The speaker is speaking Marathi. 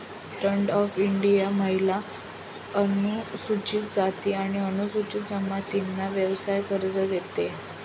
स्टँड अप इंडिया महिला, अनुसूचित जाती आणि अनुसूचित जमातींना व्यवसाय कर्ज देते